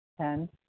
Ten